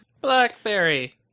Blackberry